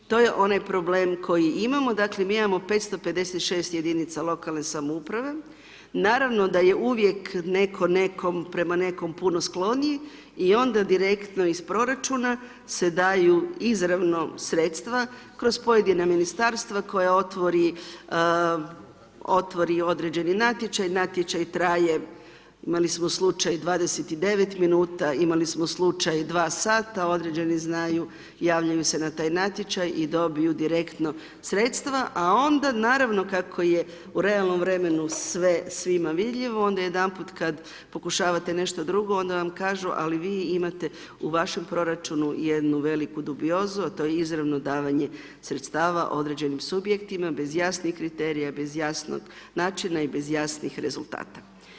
To je onaj problem koji imamo, dakle mi imamo 556 jedinica lokalne samouprave, naravno da je uvijek ne'ko nekom, prema nekom, puno skloniji i onda direktno iz proračuna se daju izravno sredstva kroz pojedina Ministarstva koja otvori, otvori određeni natječaj, natječaj traje, imali smo slučaj 29 minuta, imali smo slučaj 2 sata, određeni znaju, javljaju se na taj natječaj i dobiju direktno sredstva, a onda naravno, kako je u realnom vremenu sve svima vidljivo, onda jedanput kad pokušavate nešto drugo, onda vam kažu ali vi imate u vašem proračunu jednu veliku dubiozu, a to je izravno davanje sredstava određenim subjektima, bez jasnih kriterija, bez jasnog načina i bez jasnih rezultata.